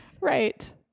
Right